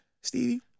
Stevie